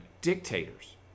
dictators